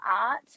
art